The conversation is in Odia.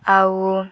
ଆଉ